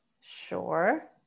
Sure